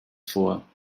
vor